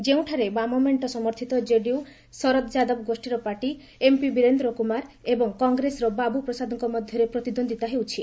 ଯେଉଁଠାରେ ବାମମେଙ୍କ ସମର୍ଥତ ଜେଡିୟୁ ଶରଦ ଯାଦବ ଗୋଷ୍ଠୀର ପାର୍ଟି ଏମ୍ପି ବିରେନ୍ଦ୍ର କୁମାର ଏବଂ କଂଗ୍ରେସର ବାବୁ ପ୍ରସାଦଙ୍କ ମଧ୍ୟରେ ପ୍ରତିଦ୍ୱନ୍ଦ୍ୱିତା ହେଉଛି